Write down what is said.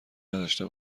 نداشته